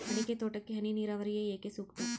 ಅಡಿಕೆ ತೋಟಕ್ಕೆ ಹನಿ ನೇರಾವರಿಯೇ ಏಕೆ ಸೂಕ್ತ?